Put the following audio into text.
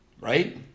right